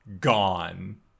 gone